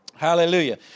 Hallelujah